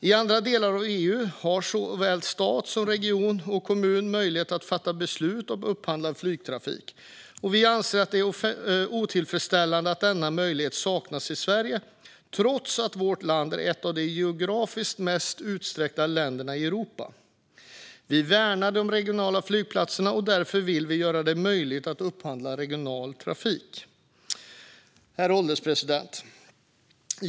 I andra delar av EU har såväl stat som regioner och kommuner möjlighet att fatta beslut om att upphandla flygtrafik, och vi anser att det är otillfredsställande att denna möjlighet saknas i Sverige trots att vårt land är ett av de geografiskt mest utsträckta länderna i Europa. Vi värnar de regionala flygplatserna, och därför vill vi göra det möjligt att upphandla regional trafik. Herr ålderspresident!